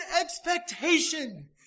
expectation